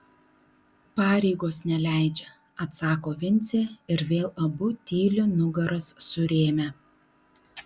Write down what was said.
pareigos neleidžia atsako vincė ir vėl abu tyli nugaras surėmę